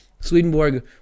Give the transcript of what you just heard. Swedenborg